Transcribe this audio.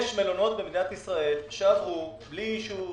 יש מלונות במדינת ישראל שעברו בלי אישור,